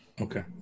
okay